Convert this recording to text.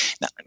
now